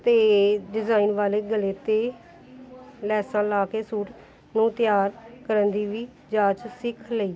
ਅਤੇ ਡਿਜ਼ਾਇਨ ਵਾਲੇ ਗਲੇ 'ਤੇ ਲੈਸਾਂ ਲਾ ਕੇ ਸੂਟ ਨੂੰ ਤਿਆਰ ਕਰਨ ਦੀ ਵੀ ਜਾਂਚ ਸਿੱਖ ਲਈ